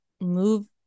move